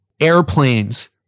Airplanes